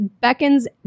beckons